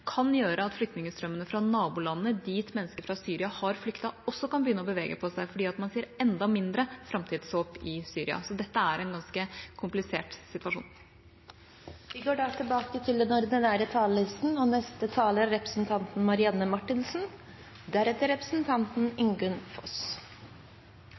kan komme til å eskalere ved den russiske inngripen, kan gjøre at flyktningstrømmene fra nabolandene, dit mennesker fra Syria har flyktet, også kan begynne å bevege på seg, fordi man ser enda mindre framtidshåp i Syria. Så dette er en ganske komplisert situasjon. Replikkordskiftet er omme. Vi er vant til